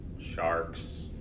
sharks